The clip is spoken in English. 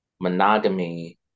monogamy